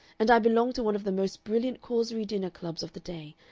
and i belong to one of the most brilliant causerie dinner clubs of the day,